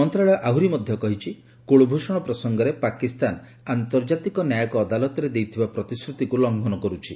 ମନ୍ତ୍ରାଳୟ ଆହୁରି ମଧ୍ୟ କହିଛି କୁଳଭୂଷଣ ପ୍ରସଙ୍ଗରେ ପାକିସ୍ତାନ ଆନ୍ତର୍ଜାତିକ ନ୍ୟାୟିକ ଅଦାଲତରେ ଦେଇଥିବା ପ୍ରତିଶ୍ରୁତିକୁ ଲଂଘନ କରୁଛି